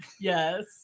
Yes